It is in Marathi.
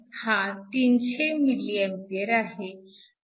तर हा 300 mA आहे